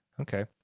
Okay